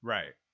Right